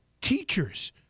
teachers